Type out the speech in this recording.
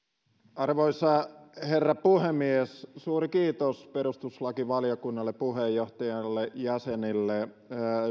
arvoisa herra puhemies suuri kiitos perustuslakivaliokunnalle puheenjohtajalle jäsenille